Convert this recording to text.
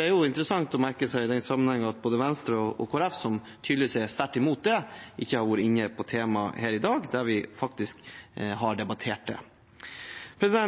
I den sammenheng er det interessant å merke seg at både Venstre og Kristelig Folkeparti, som tydeligvis er sterkt imot dette, ikke har vært inne på temaet her i dag når vi faktisk har debattert det.